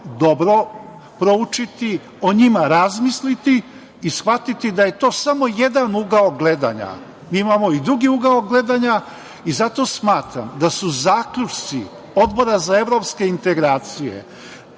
dobro proučiti, o njima razmisliti i shvatiti da je to samo jedan ugao gledanja. Mi imamo i drugi ugao gledanja i zato smatram da su zaključci Odbora za evropske integracije